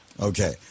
Okay